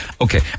okay